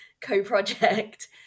co-project